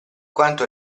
quanto